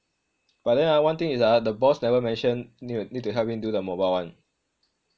but then ah one thing is ah the boss never mention need need to help him do the mobile [one]